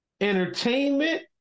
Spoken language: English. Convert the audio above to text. entertainment